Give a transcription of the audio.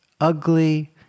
ugly